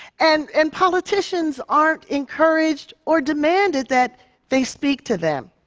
and and politicians aren't encouraged or demanded that they speak to them.